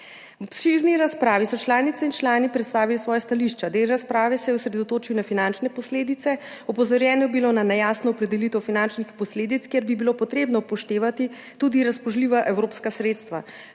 V obširni razpravi so članice in člani predstavili svoja stališča. Del razprave se je osredotočil na finančne posledice. Opozorjeno je bilo na nejasno opredelitev finančnih posledic, kjer bi bilo potrebno upoštevati tudi razpoložljiva evropska sredstva.